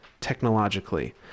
technologically